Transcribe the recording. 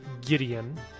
Gideon